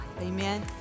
Amen